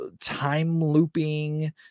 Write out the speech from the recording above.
time-looping